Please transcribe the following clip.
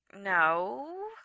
no